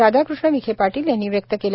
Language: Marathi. राधाकृष्ण विखे पाटील यांनी व्यक्त केला